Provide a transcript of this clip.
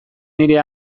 nire